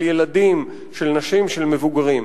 של ילדים, של נשים, של מבוגרים.